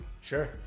Sure